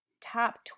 top